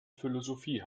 philosophie